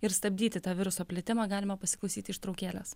ir stabdyti tą viruso plitimą galima pasiklausyti ištraukėlės